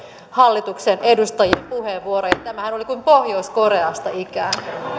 hallituksen edustajien puheenvuoroja tämähän oli kuin pohjois koreasta ikään